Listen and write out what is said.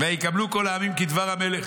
"ויקבלו כל העמים כדבר המלך.